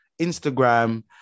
Instagram